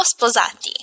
sposati